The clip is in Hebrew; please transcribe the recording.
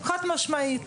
חד משמעית.